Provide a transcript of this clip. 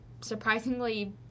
surprisingly